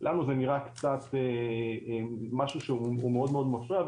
לנו זה נראה קצת משהו שהוא מאוד מאוד מפריע,